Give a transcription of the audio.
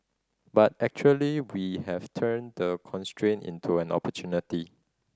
but actually we have turned the constraint into an opportunity